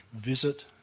visit